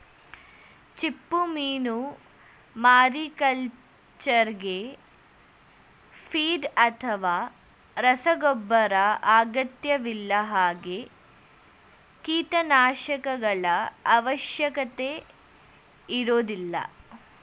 ಚಿಪ್ಪುಮೀನು ಮಾರಿಕಲ್ಚರ್ಗೆ ಫೀಡ್ ಅಥವಾ ರಸಗೊಬ್ಬರ ಅಗತ್ಯವಿಲ್ಲ ಹಾಗೆ ಕೀಟನಾಶಕಗಳ ಅವಶ್ಯಕತೆ ಇರೋದಿಲ್ಲ